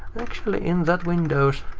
actually, in that windows